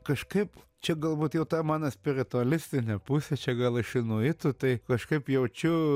kažkaip čia galbūt jau ta mano spiritualistinė pusė čia gal iš inuitų tai kažkaip jaučiu